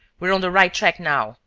we're on the right track now.